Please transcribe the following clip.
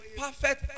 perfect